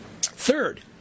Third